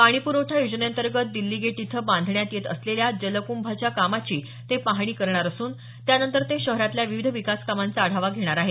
पाणी प्रखठा योजनेअंतर्गत दिल्ली गेट इथच बांधण्यात येत असलेल्या जलकुंभाच्या कामाची ते पाहणी करणार असून त्यानंतर ते शहरातल्या विविध विकास कामांचा आढावा घेणार आहेत